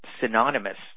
synonymous